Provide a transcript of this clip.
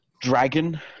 dragon